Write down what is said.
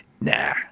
Nah